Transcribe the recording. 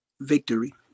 victory